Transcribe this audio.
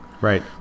Right